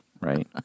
right